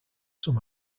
sum